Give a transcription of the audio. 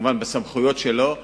כמובן בסמכויות שלו,